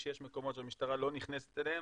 שיש מקומות שהמשטרה לא נכנסת אליהם.